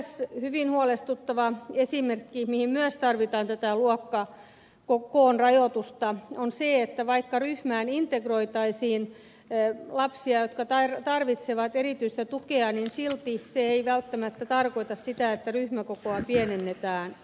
eräs hyvin huolestuttava esimerkki minkä vuoksi myös tarvitaan tätä luokkakoon rajoitusta on se että vaikka ryhmään integroitaisiin lapsia jotka tarvitsevat erityistä tukea niin silti se ei välttämättä tarkoita sitä että ryhmäkokoa pienennetään